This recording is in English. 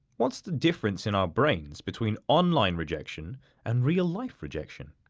what's the difference in our brains between online rejection and real life rejection?